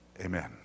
amen